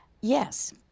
Yes